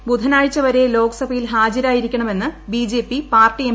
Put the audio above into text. P മാർ ബുധനാഴ്ച വരെ ലോക്സഭയിൽ ഹാജരായിരിക്കണമെന്ന് ബിജെപി പാർട്ടി എം